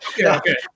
okay